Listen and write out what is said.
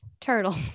turtle